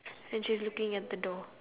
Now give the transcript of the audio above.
and she's looking at the door